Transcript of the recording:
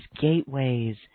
gateways